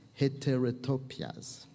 heterotopias